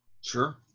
Sure